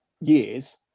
years